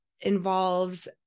involves